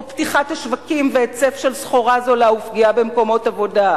או פתיחת השווקים והיצף של סחורה זולה ופגיעה במקומות עבודה.